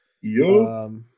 Yo